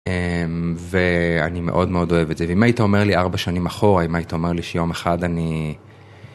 אממ, ואני מאוד מאוד אוהב את זה ואם היית אומר לי ארבע שנים אחורה אם היית אומר לי שיום אחד אני.